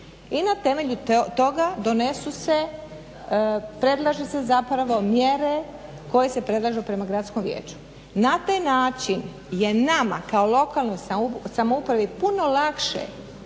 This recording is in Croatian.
i na temelju toga donesu se predlažu se zapravo mjere koje se predlažu prema gradskom vijeću. Na taj način je nama kao lokalnoj samoupravi puno lakše